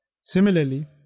Similarly